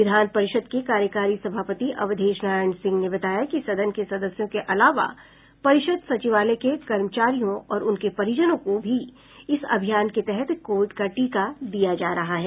विधान परिषद् के कार्यकारी सभापति अवधेश नारायण सिंह ने बताया कि सदन के सदस्यों के अलावा परिषद सचिवालय के कर्मचारियों और उनके परिजनों को भी इस अभियान के तहत कोविड का टीका दिया जा रहा है